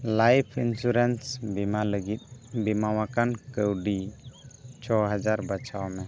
life insurance ᱵᱤᱢᱟ ᱞᱟᱹᱜᱤᱫ ᱵᱤᱢᱟᱣᱠᱟᱱ ᱠᱟᱹᱣᱰᱤ ᱪᱷᱚ ᱦᱟᱡᱟᱨ ᱵᱟᱪᱷᱟᱣ ᱢᱮ